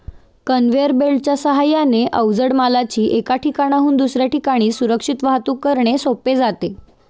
conveyor बेल्टच्या साहाय्याने अवजड मालाची एका ठिकाणाहून दुसऱ्या ठिकाणी सुरक्षित वाहतूक करणे सोपे जाते